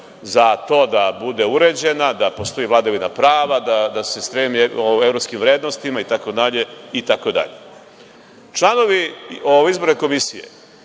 za to da bude uređena, da postoji vladavina prava, da se stremi evropskim vrednostima i tako dalje. Članovi izborne komisije